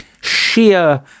sheer